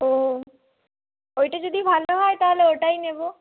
ও ওইটা যদি ভালো হয় তালে ওটাই নেবো